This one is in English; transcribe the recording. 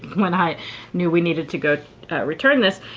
when i knew we needed to go return this.